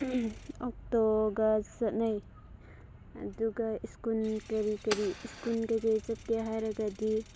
ꯑꯣꯛꯇꯣꯒ ꯆꯠꯅꯩ ꯑꯗꯨꯒ ꯁ꯭ꯀꯨꯜ ꯀꯔꯤ ꯀꯔꯤ ꯁ꯭ꯀꯨꯜ ꯀꯩꯀꯩ ꯆꯠꯀꯦ ꯍꯥꯏꯔꯒꯗꯤ